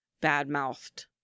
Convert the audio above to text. bad-mouthed